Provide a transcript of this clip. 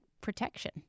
protection